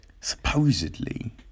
supposedly